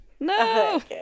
No